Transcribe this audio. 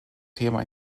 thema